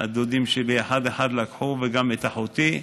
את הדודים שלי אחד-אחד לקחו, וגם את אחותי,